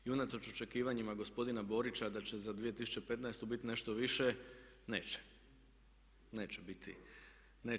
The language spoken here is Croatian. I unatoč očekivanjima gospodina Borića da će za 2015. biti nešto više, neće.